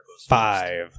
Five